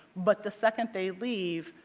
but the seconds they leave,